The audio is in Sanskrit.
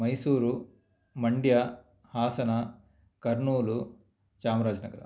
मैसूरु मण्ड्या हासना कर्नूलु चामराज्नगरा